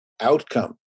outcome